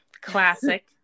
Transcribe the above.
Classic